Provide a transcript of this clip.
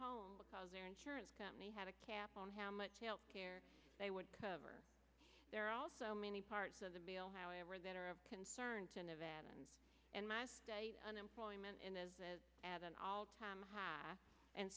home because their insurance company had a cap on how much health care they would cover there are also many parts of the bill however that are of concern to nevada and unemployment is at an all time high and